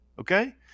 Okay